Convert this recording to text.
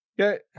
Okay